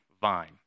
vine